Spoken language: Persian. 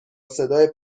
صدای